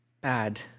Bad